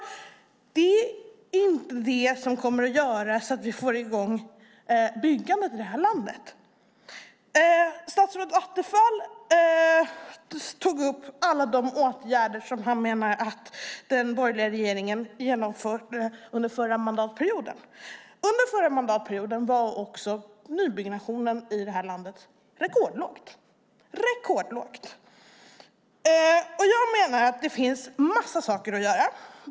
Det är inte det som kommer att göra att vi får i gång byggandet i det här landet. Statsrådet Attefall tog upp alla de åtgärder som han menar att den borgerliga regeringen genomfört under förra mandatperioden. Under förra mandatperioden var också nybyggnationen i det här landet rekordlåg. Jag menar att det finns en massa saker att göra.